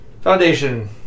Foundation